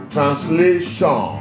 Translation